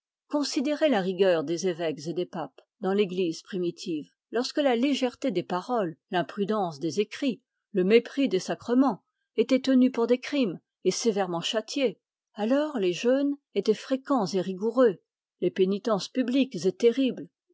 considérez la rigueur des évêques et des papes dans l'église primitive lorsque la légèreté des paroles l'imprudence des écrits le mépris des sacrements étaient tenus pour des crimes et sévèrement châtiés alors les jeûnes étaient fréquents et rigoureux les pénitences publiques et terribles